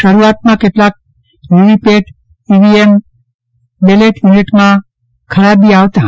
શરૂઆતમાં કેટલાક VVPAT EVM ballot યુનિટમાં ખરાબી જોવા મળી હતી